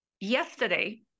Yesterday